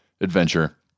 adventure